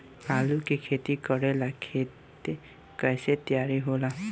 आलू के खेती करेला खेत के कैसे तैयारी होला?